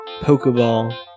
Pokeball